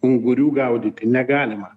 ungurių gaudyti negalima